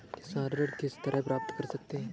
किसान ऋण किस तरह प्राप्त कर सकते हैं?